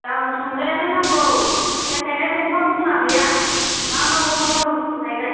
गाबोन सबनियानो नांगौ फिथाइ थायनाय दंफां दंना गैया मा मा दंफां दं फिथाइ थायनाय